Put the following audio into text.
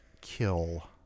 kill